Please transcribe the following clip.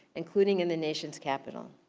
including in the nation's capital.